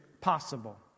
possible